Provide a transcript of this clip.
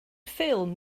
ffilm